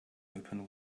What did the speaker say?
open